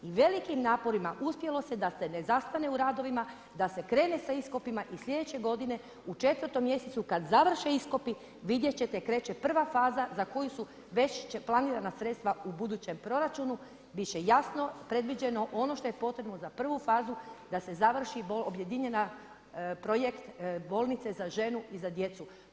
I velikim naporima uspjelo se da se ne zastane u radovima, da se krene sa iskopima i sljedeće godine u 4. mjesecu kada završe iskopi, vidjeti ćete kreće 1. faza za koju su već planirana sredstva u budućem proračunu, biti će jasno predviđeno ono što je potrebno za 1. fazu da se završi objedinjena, projekt bolnice za ženu i za djecu.